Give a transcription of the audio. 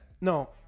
No